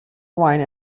wine